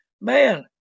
man